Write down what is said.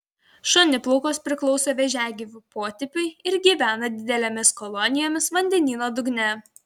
šoniplaukos priklauso vėžiagyvių potipiui ir gyvena didelėmis kolonijomis vandenyno dugne